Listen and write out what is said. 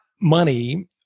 money